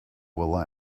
will